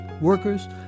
workers